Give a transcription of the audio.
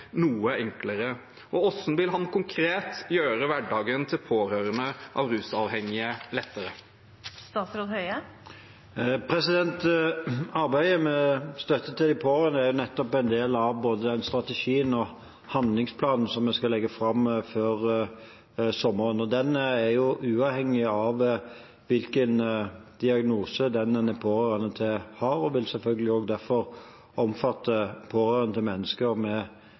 noe enklere? Og hvordan vil han konkret gjøre hverdagen for pårørende til rusavhengige lettere? Arbeidet med støtte til de pårørende er nettopp en del av både strategien og handlingsplanen som vi skal legge fram før sommeren. Den støtten er uavhengig av hvilken diagnose brukeren har, og vil selvfølgelig derfor også omfatte pårørende til mennesker med